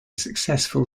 successful